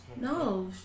No